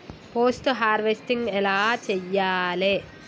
Post harvesting ఎలా చెయ్యాలే?